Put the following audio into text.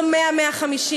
לא 100 150,